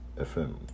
fm